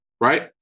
Right